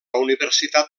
universitat